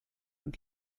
und